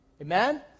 Amen